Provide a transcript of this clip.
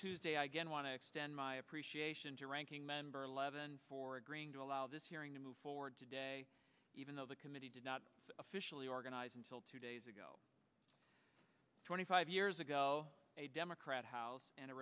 tuesday i want to extend my appreciation to ranking member eleven for agreeing to allow this hearing to move forward today even though the committee did not officially organize until two days ago twenty five years ago a democrat house and a